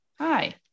hi